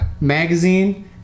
magazine